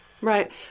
right